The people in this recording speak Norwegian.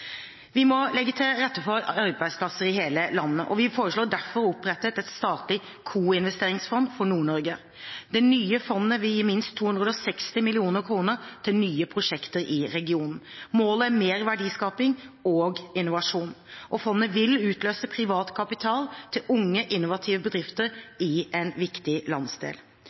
Vi må legge til rette for arbeidsplasser i hele landet, og vi foreslår derfor å opprette et statlig koinvesteringsfond for Nord-Norge. Det nye fondet vil gi minst 260 mill. kr til nye prosjekter i regionen. Målet er mer verdiskaping og innovasjon. Fondet vil utløse privat kapital til unge innovative bedrifter i en viktig landsdel.